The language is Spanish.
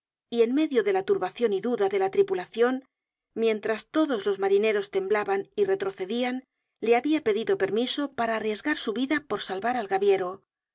y en medio de la turbacion y duda de la tripulacion mientras todos los marineros temblaban y retrocedian le habia pedido permiso para arriesgar su vida por salvar al gaviero